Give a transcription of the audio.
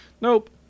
Nope